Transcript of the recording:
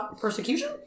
persecution